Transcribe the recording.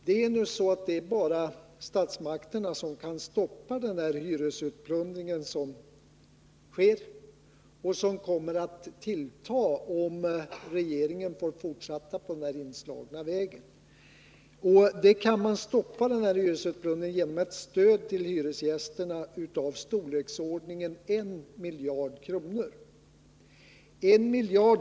Det är ju bara statsmakterna som kan stoppa den hyresutplundring som sker och som kommer att tillta, om regeringen får fortsätta på den inslagna vägen. Den här hyresutplundringen kan man stoppa genom ett stöd till hyresgästerna av storleksordningen 1 miljard kronor.